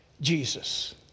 Jesus